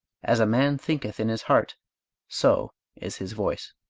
as a man thinketh in his heart so is his voice.